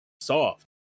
soft